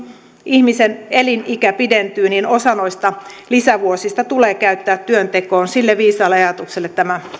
ihmisen elinikä pidentyy niin osa noista lisävuosista tulee käyttää työntekoon sille viisaalle ajatukselle tämä